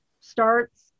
starts